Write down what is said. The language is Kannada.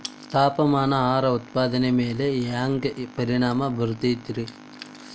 ತಾಪಮಾನ ಆಹಾರ ಉತ್ಪಾದನೆಯ ಮ್ಯಾಲೆ ಹ್ಯಾಂಗ ಪರಿಣಾಮ ಬೇರುತೈತ ರೇ?